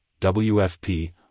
WFP